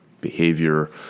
behavior